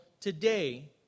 today